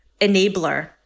enabler